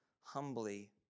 humbly